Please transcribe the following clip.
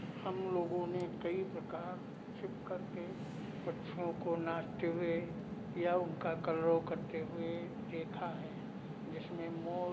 हम लोगों ने कई प्रकार छिपकर के पक्षियों को नाचते हुए या उनका कलरव करते हुए देखा है जिसमें मोर